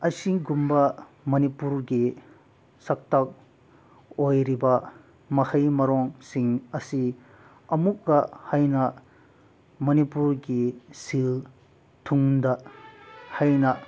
ꯑꯁꯤꯒꯨꯝꯕ ꯃꯅꯤꯄꯨꯔꯒꯤ ꯁꯛꯇꯥꯛ ꯑꯣꯏꯔꯤꯕ ꯃꯍꯩ ꯃꯔꯣꯡꯁꯤꯡ ꯑꯁꯤ ꯑꯃꯨꯛꯀ ꯍꯟꯅ ꯃꯅꯤꯄꯨꯔꯒꯤ ꯁꯦꯜ ꯊꯨꯝꯗ ꯍꯥꯏꯅ